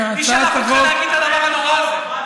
מי שלח אותך להגיד את הדבר הנורא הזה?